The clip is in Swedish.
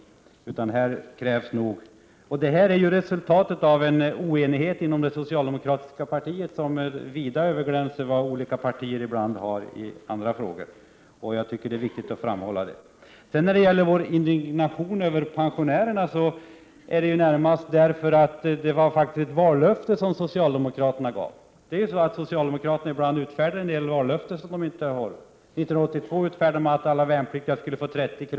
Detta förslag är resultatet av en oenighet inom det socialdemokratiska partiet, vilken vida överglänser den som ibland förekommer i andra frågor inom andra partier. Det är viktigt att detta framhålls. Vår indignation i pensionsfrågan sammanhänger med det vallöfte som socialdemokraterna avgav. Socialdemokraterna utfärdar ibland vallöften som de sedan inte håller. År 1982 lovade man att alla värnpliktiga skulle få 30 kr.